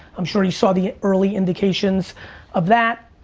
i'm sure we saw the early indications of that.